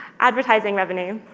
advertising revenue.